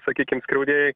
sakykim skriaudėjai